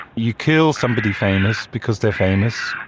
you kill somebody famous because they are famous,